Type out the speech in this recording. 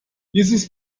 dieses